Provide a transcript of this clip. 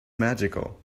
magical